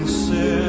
sin